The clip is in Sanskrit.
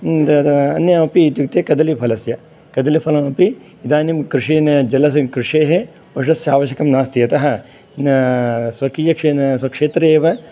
अन्यमपि इत्युक्ते कदलीफलस्य कदलीफलमपि इदानीं कृषिजलस् कृषेः वर्षस्य आवश्यकं नास्ति यतः स्वकीय स्वक्षेत्रे एव